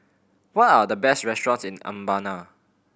what are the best restaurants in Mbabana